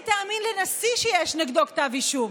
איך היא תאמין לנשיא שיש נגדו כתב אישום?